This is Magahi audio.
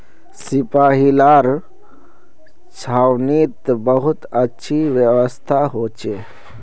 सिपाहि लार छावनीत बहुत अच्छी व्यवस्था हो छे